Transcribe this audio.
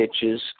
hitches